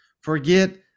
forget